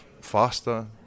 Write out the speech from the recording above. faster